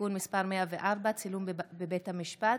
(תיקון מס' 104) (צילום בבית המשפט),